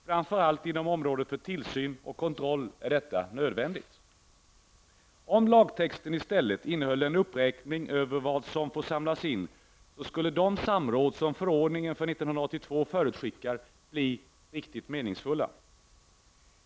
Framför allt inom området för tillsyn och kontroll är detta nödvändigt. Om lagtexten i stället innehöll en uppräkning över vad som får samlas in, skulle de samråd som förordningen för 1982 förutskickar bli riktigt meningsfulla.